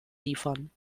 liefern